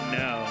no